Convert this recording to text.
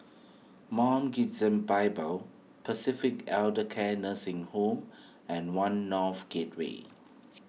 Mount Gerizim Bible Pacific Elder Care Nursing Home and one North Gateway